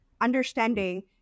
understanding